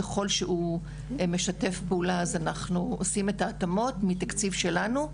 ככל שהוא משתף פעולה אז אנחנו עושים את ההתאמות מתקציב שלנו.